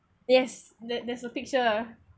yes there there's a picture ah